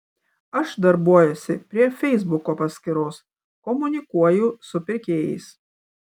aš darbuojuosi prie feisbuko paskyros komunikuoju su pirkėjais